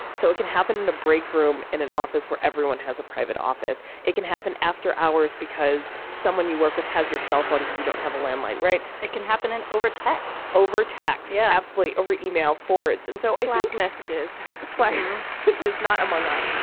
so it can happen in the break room in an office where everyone has a private office. it can happen after hours because someone you work with has your cell phone because you don't have a landline. right it can happen in over text overtax. yeah, absolutely. over email forwards. and so i like messages. slate such is not among us.